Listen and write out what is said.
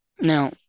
Now